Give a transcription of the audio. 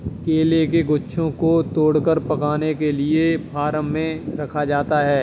केले के गुच्छों को तोड़कर पकाने के लिए फार्म में रखा जाता है